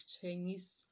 Chinese